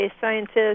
scientists